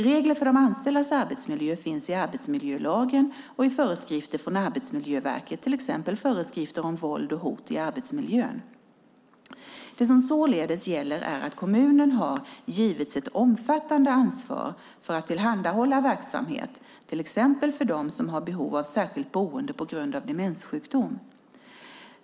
Regler för de anställdas arbetsmiljö finns i arbetsmiljölagen och i föreskrifter från Arbetsmiljöverket, till exempel föreskrifterna om våld och hot i arbetsmiljön . Det som således gäller är att kommunerna har givits ett omfattande ansvar för att tillhandahålla verksamhet, till exempel för dem som har behov av särskilt boende på grund av demenssjukdom.